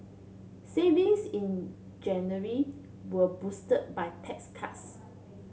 savings in January were boosted by tax cuts